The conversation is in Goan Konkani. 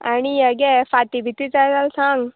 आनी हे गे फांती बी ती जाय जाल सांग